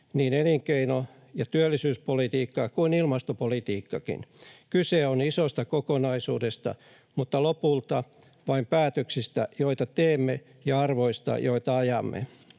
niin elinkeino- ja työllisyyspolitiikka kuin ilmastopolitiikkakin. Kyse on isosta kokonaisuudesta mutta lopulta vain päätöksistä, joita teemme, ja arvoista, joita ajamme.